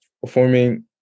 performing